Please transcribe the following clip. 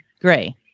Gray